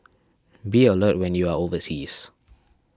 be alert when you are overseas